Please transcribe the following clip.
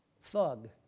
thug